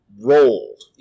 rolled